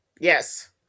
yes